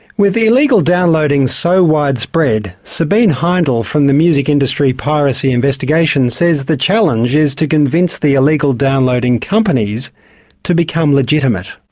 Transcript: with the illegal downloading so widespread, sabiene heindl from the music industry piracy investigations says the challenge is to convince the illegal downloading companies to become legitimate.